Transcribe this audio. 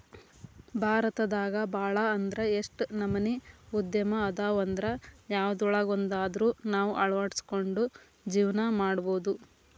ಭಾರತದಾಗ ಭಾಳ್ ಅಂದ್ರ ಯೆಷ್ಟ್ ನಮನಿ ಉದ್ಯಮ ಅದಾವಂದ್ರ ಯವ್ದ್ರೊಳಗ್ವಂದಾದ್ರು ನಾವ್ ಅಳ್ವಡ್ಸ್ಕೊಂಡು ಜೇವ್ನಾ ಮಾಡ್ಬೊದು